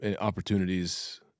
opportunities